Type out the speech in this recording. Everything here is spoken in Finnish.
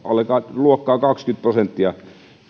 luokkaa kaksikymmentä prosenttia